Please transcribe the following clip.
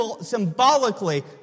symbolically